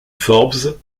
forbes